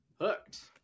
hooked